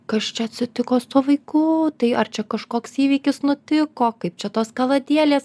kas čia atsitiko su tuo vaiku tai ar čia kažkoks įvykis nutiko kaip čia tos kaldielės